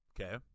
Okay